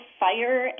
fire